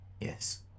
Yes